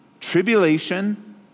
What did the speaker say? tribulation